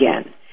again